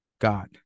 God